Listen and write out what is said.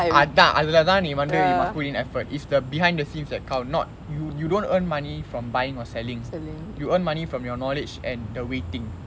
அதான் அதிலதா நீ வந்து:athaan athilathaa nee vanthu you must put in effort it's the behind the scenes that count not you you don't earn money from buying or selling you earn money from your knowledge and the waiting